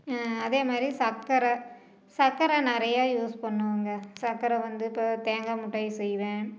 அதேமாதிரி சக்கரை சக்கரை நிறையா யூஸ் பண்ணுவோம்ங்க சக்கரை வந்து இப்போ தேங்காய் மிட்டாயி செய்வேன்